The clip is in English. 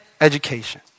education